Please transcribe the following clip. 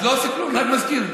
אז לא עושה כלום, רק מזכיר.